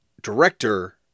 director